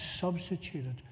substituted